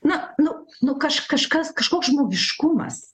nu nu nu kaž kažkas kažkoks žmogiškumas